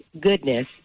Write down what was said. goodness